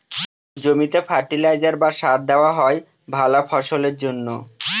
জমিতে ফার্টিলাইজার বা সার দেওয়া হয় ভালা ফসলের জন্যে